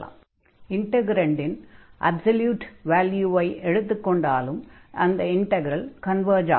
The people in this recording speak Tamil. அதாவது இன்டக்ரன்டின் அப்சொல்யூட் வால்யூவை எடுத்துக் கொண்டாலும் அந்த இன்டக்ரல் கன்வர்ஜ் ஆகும்